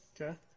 okay